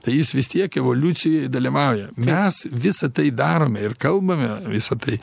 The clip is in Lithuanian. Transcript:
tai jis vis tiek evoliucijoj dalyvauja mes visa tai darome ir kalbame visa tai